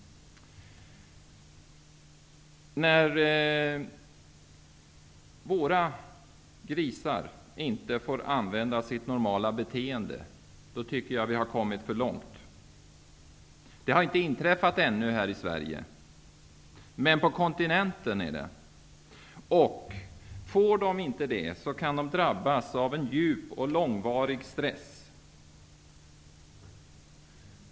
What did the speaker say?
När våra grisar inte får bete sig på ett normalt sätt tycker jag att det har gått för långt. Det har inte inträffat än här i Sverige. Men på kontinenten har det hänt. Får inte grisar bete sig normalt kan de drabbas av en djup och långvarig stress.